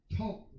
talk